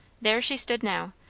there she stood now,